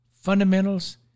fundamentals